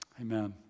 Amen